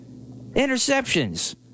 interceptions